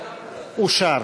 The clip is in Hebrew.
אושר.